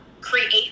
create